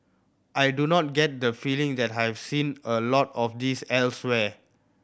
I do not get the feeling that I have seen a lot of this elsewhere